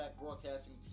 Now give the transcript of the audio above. Broadcasting